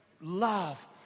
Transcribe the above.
love